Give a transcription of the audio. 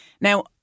Now